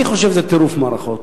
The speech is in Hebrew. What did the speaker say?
אני חושב שזה טירוף מערכות.